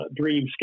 Dreamscape